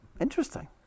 Interesting